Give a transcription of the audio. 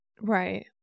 Right